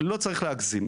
לא צריך להגזים.